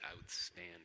outstanding